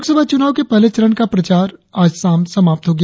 लोकसभा चुनाव के पहले चरण का प्रचार आज शाम समाप्त हो गया